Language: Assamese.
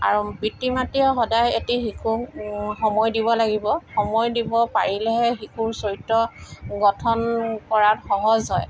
আৰু পিতৃ মাতৃয়ে সদায় এটি শিশুক সময় দিব লাগিব সময় দিব পাৰিলেহে শিশুৰ চৰিত্ৰ গঠন কৰাত সহজ হয়